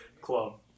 Club